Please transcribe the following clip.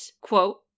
quote